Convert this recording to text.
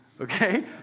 Okay